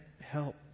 help